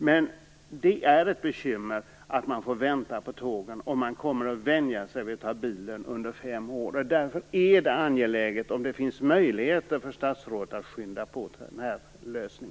Men det är ett bekymmer att man får vänta så länge på järnvägen och att man under de fem åren hinner vänja sig vid att ta bilen. Därför är det angeläget att statsrådet - om det finns möjligheter - skyndar på denna lösning.